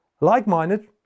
Like-minded